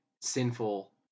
sinful